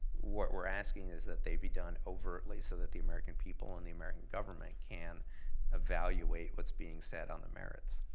what we're asking is that they be done overtly so that the american people and the american government can evaluate what's being said on the merits.